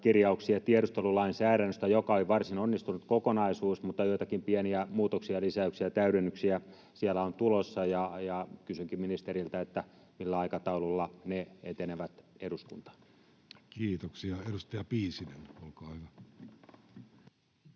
kirjauksia tiedustelulainsäädännöstä, joka on varsin onnistunut kokonaisuus, mutta joitakin pieniä muutoksia, lisäyksiä, täydennyksiä siellä on tulossa. Kysynkin ministeriltä: millä aikataululla ne etenevät eduskuntaan? Kiitoksia. — Edustaja Piisinen, olkaa hyvä.